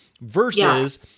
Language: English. versus